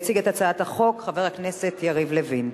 יציג את הצעת החוק חבר הכנסת יריב לוין.